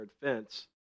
fence